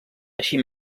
així